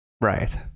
Right